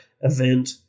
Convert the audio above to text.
event